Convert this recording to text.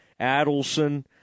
Adelson